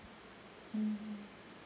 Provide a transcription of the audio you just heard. mmhmm